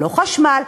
לא חשמל,